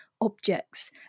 objects